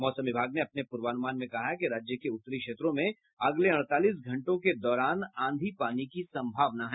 मौसम विभाग ने अपने पूर्वानुमान में कहा है कि राज्य के उत्तरी क्षेत्रों में अगले अड़तालीस घंटों के दौरान आंधी पानी की संभावना है